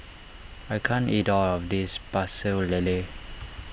I can't eat all of this Pecel Lele